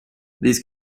these